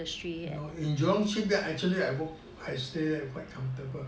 no in jurong shipyard I work I stay there quite comfortable